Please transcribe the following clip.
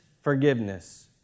forgiveness